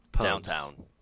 downtown